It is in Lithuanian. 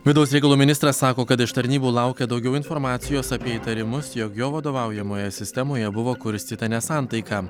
vidaus reikalų ministras sako kad iš tarnybų laukia daugiau informacijos apie įtarimus jog jo vadovaujamoje sistemoje buvo kurstyta nesantaika